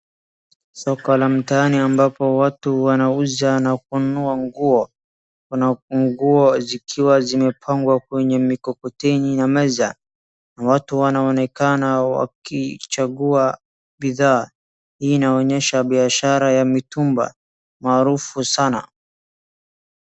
Soko la mtaani ambapo watu wanauza na kununua nguo. Kuna nguo zikiwa zimepangwa kwenye mikokoteni ya meza na watu wanaonekana wakichagua bidhaa. Hii inaonyesha biashara ya mitumba maarufu sana.